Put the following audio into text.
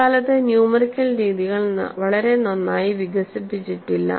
അക്കാലത്ത് ന്യൂമെറിക്കൽ രീതികൾ വളരെ നന്നായി വികസിപ്പിച്ചിട്ടില്ല